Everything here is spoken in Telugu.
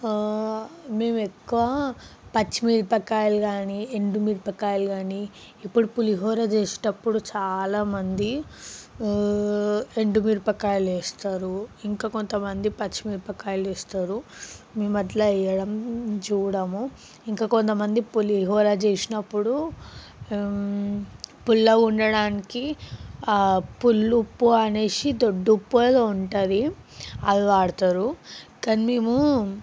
మేము ఎక్కువ పచ్చిమిరపకాయలు కానీ ఎండు మిరపకాయలు కానీ ఇప్పుడు పులిహోర చేసేటప్పుడు చాలామంది ఎండు మిరపకాయలు వేస్తారు ఇంకా కొంతమంది పచ్చిమిరపకాయలు వేస్తారు మేము అట్లా వెయ్యడము చూడము ఇంకా కొంతమంది పులిహోర చేసినప్పుడు పుల్లగా ఉండడానికి పుల్ల ఉప్పు అనేసి దొడ్డుప్పు అనేసి ఉంటుంది అది వాడుతారు కానీ మేము